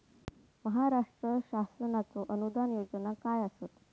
महाराष्ट्र शासनाचो अनुदान योजना काय आसत?